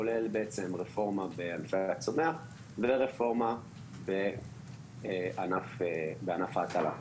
כולל רפורמה --- ורפורמה בענף ההטלה.